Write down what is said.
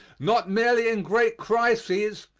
not merely in great crises,